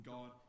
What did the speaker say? God